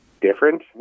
different